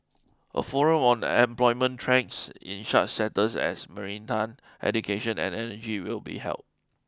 a forum on employment trends in such sectors as maritime education and energy will be held